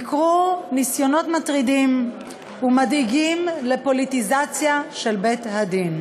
ניכרו ניסיונות מטרידים ומדאיגים לפוליטיזציה של בית-הדין,